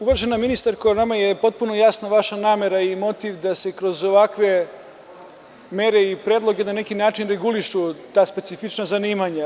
Uvažena ministarko, nama je potpuno jasna vaša namera i motiv da se kroz ovakve mere i predloge na neki način regulišu ta specifična zanimanja.